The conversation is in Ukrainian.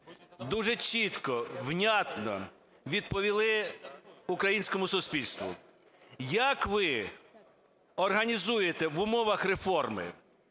дуже чітко, внятно відповіли українському суспільству. Як ви організуєте в умовах реформи